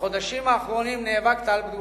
בחודשים האחרונים נאבקת על בריאותך.